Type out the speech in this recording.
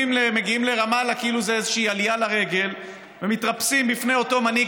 מגיעים לרמאללה כאילו זאת איזושהי עלייה לרגל ומתרפסים בפני אותו מנהיג,